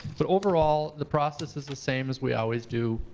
but overall the process is the same as we always do.